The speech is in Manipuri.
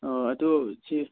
ꯑꯣ ꯑꯗꯨ ꯁꯤ